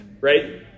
Right